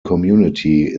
community